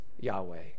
Yahweh